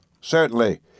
Certainly